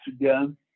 again